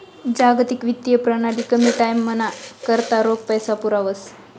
जागतिक वित्तीय प्रणाली कमी टाईमना करता रोख पैसा पुरावस